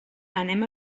anem